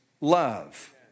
love